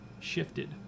shifted